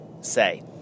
say